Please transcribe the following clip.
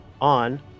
on